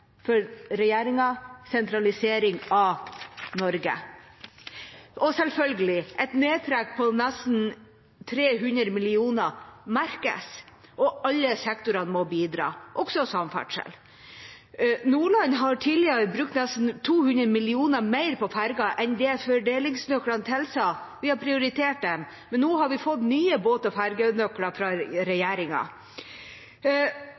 for regjeringa: sentralisering av Norge. Selvfølgelig merkes et nedtrekk på nesten 300 mill. kr – og alle sektorene må bidra, også samferdsel. Nordland har tidligere brukt nesten 200 mill. kr mer på ferger enn det fordelingsnøklene tilsa. Vi har prioritert dem, men nå har vi fått nye båt- og fergenøkler fra